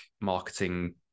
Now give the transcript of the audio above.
marketing